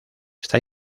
está